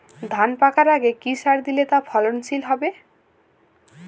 ধান পাকার আগে কি সার দিলে তা ফলনশীল হবে?